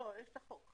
יש את החוק.